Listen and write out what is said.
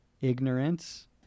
ignorance